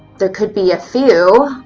there could be a few.